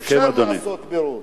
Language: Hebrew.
סכם, אדוני.